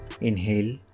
inhale